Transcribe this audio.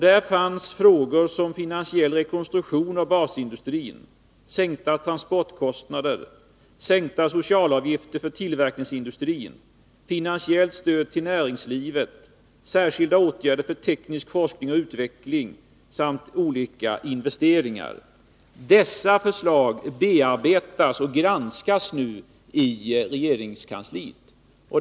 Där fanns frågor som finansiell rekonstruktion av basindustrin, sänkta transportkostnader, sänkta socialavgifter för tillverkningsindustrin, finansiellt stöd till näringslivet, särskilda åtgärder för teknisk forskning och utveckling samt olika investeringar. Dessa förslag bearbetas och granskas nu i regeringskansliet.